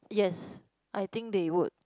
yes I think they would